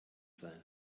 sein